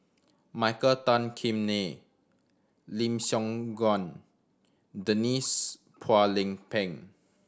Michael Tan Kim Nei Lim Siong Guan Denise Phua Lay Peng